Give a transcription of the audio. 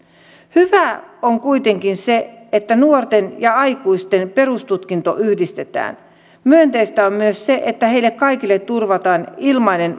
hyvää on kuitenkin se että nuorten ja aikuisten perustutkinto yhdistetään myönteistä on myös se että heille kaikille turvataan ilmainen